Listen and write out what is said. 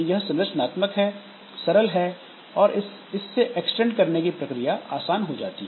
यह संरचनात्मक है सरल है और इससे एक्सटेंड करने की प्रक्रिया आसान हो जाती है